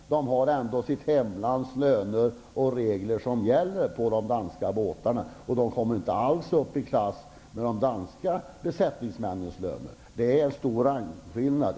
Det är ändå deras hemlands löner och regler som gäller på de danska båtarna. De lönerna kommer inte alls upp i klass med de danska besättningsmännens löner. Det är stor skillnad.